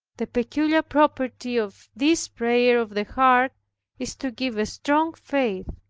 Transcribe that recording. the peculiar property of this prayer of the heart is to give a strong faith.